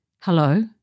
Hello